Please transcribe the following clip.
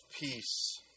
Peace